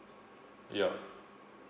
ya